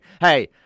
hey